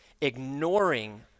Ignoring